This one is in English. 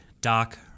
Doc